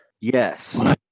Yes